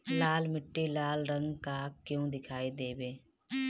लाल मीट्टी लाल रंग का क्यो दीखाई देबे?